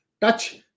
touch